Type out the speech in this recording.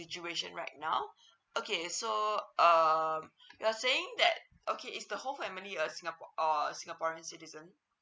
situation right now okay so um you are saying that okay is the whole family a singapore or singaporean citizen